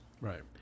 Right